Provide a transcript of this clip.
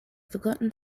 forgotten